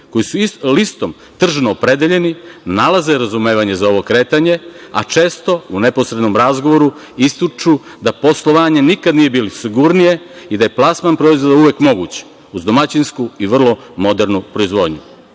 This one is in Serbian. koji su listom tržno opredeljeni, nalaze razumevanje za ovo kretanje a često u neposrednom razgovoru ističu da poslovanje nikad nije bilo sigurnije i da je plasman proizvoda uvek moguć uz domaćinsku i vrlo modernu proizvodnju. Ovakva